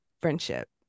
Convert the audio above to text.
friendship